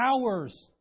hours